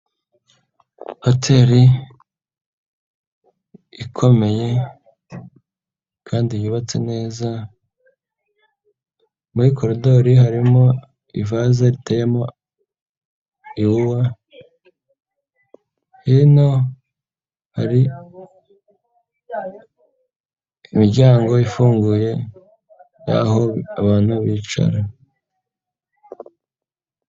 Hoteri ikomeye kandi yubatse neza, muri koridori harimo ivaze riteyemo iwuwa, hino hari imiryango ifunguye y'aho abantu bicara.